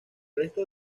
resto